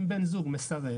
אם בן זוג מסרב,